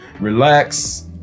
relax